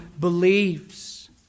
believes